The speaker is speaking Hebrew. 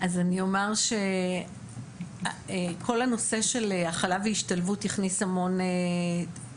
אז אני אומר שכל הנושא של הכלה והשתלבות הכניס המון תכנים,